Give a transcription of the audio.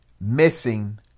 missing